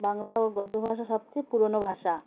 বাংলা ও গদ্য ভাষা সবচেয়ে পুরোনো ভাষা